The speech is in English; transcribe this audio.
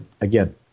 again